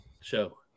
show